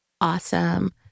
Awesome